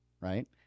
right